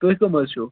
تُہی کَم حظ چھو